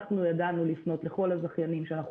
אנחנו ידענו לפנות לכל הזכיינים שאנחנו